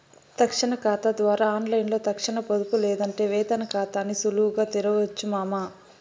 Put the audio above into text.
తక్షణ కాతా ద్వారా ఆన్లైన్లో తక్షణ పొదుపు లేదంటే వేతన కాతాని సులువుగా తెరవొచ్చు మామా